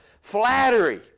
Flattery